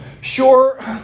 Sure